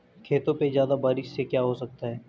खेतों पे ज्यादा बारिश से क्या हो सकता है?